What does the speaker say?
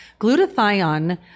glutathione